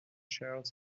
chaired